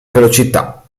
velocità